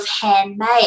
handmade